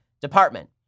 department